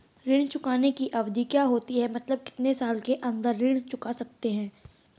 ऋण चुकाने की अवधि क्या होती है मतलब कितने साल के अंदर ऋण चुका सकते हैं?